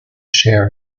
share